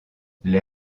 les